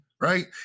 right